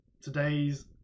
today's